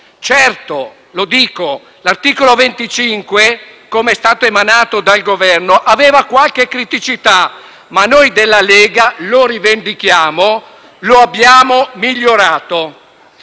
Certo, l’articolo 25, com’è stato emanato dal Governo, presentava qualche criticità, ma noi della Lega - e lo rivendichiamo - lo abbiamo migliorato.